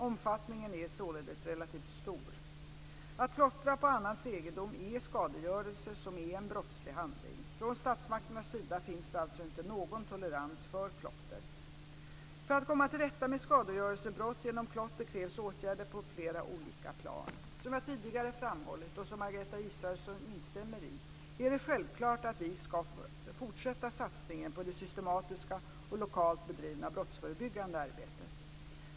Omfattningen är således relativt stor. Att klottra på annans egendom är skadegörelse som är en brottslig handling. Från statsmakternas sida finns det alltså inte någon tolerans för klotter. För att komma till rätta med skadegörelsebrott genom klotter krävs åtgärder på flera olika plan. Som jag tidigare framhållit, och som Margareta Israelsson instämmer i, är det självklart att vi ska fortsätta satsningen på det systematiska och lokalt bedrivna brottsförebyggande arbetet.